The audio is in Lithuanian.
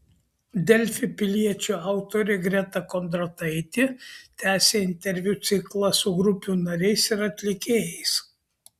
delfi piliečio autorė greta kondrataitė tęsia interviu ciklą su grupių nariais ir atlikėjais